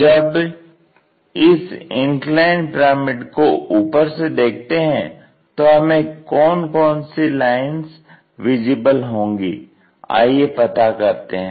जब इस inclined pyramid को ऊपर से देखते हैं तो हमें कौन कौन सी लाइंस विजिबल होंगी आइए पता करते हैं